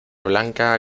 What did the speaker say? blanca